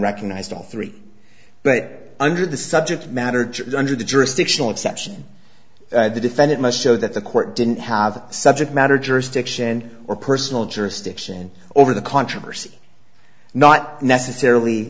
recognized all three but under the subject matter under the jurisdictional exception the defendant must show that the court didn't have subject matter jurisdiction or personal jurisdiction over the controversy not necessarily